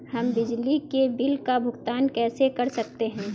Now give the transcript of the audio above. हम बिजली के बिल का भुगतान कैसे कर सकते हैं?